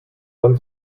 dann